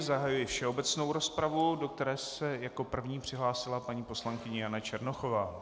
Zahajuji všeobecnou rozpravu, do které se jako první přihlásila paní poslankyně Jana Černochová.